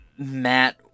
Matt